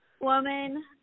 woman